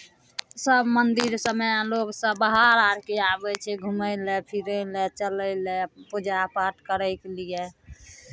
सभ मन्दिर सभमे लोकसभ बाहर आरके आबै छै घुमय लेल फिरय लेल चलय लेल पूजा पाठ करयके लिए